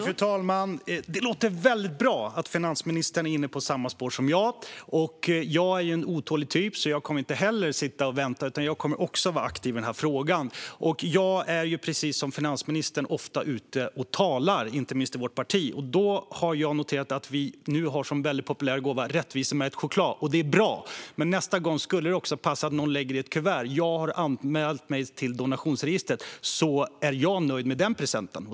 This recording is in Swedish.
Fru talman! Det låter väldigt bra att finansministern är inne på samma spår som jag. Jag är en otålig typ och kommer därför inte att sitta och vänta, utan jag kommer också att vara aktiv i frågan. Precis som finansministern är jag ofta ute och talar, inte minst i vårt parti, och då har jag noterat att rättvisemärkt choklad är en populär gåva. Det är bra, men nästa gång skulle det också passa att någon lägger i ett kuvert att de har anmält sig till donationsregistret, så är jag nöjd med den presenten.